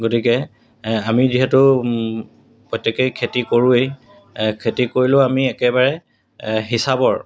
গতিকে আমি যিহেতু প্ৰত্যেকেই খেতি কৰোৱেই খেতি কৰিলেও আমি একেবাৰে হিচাপৰ